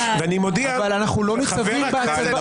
אנחנו לא ניצבים בהצגה שלך.